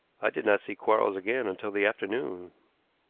i did not see quarles again until the afternoon.